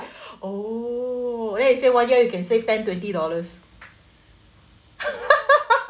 oh and then he say one year you can save ten twenty dollars